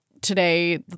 today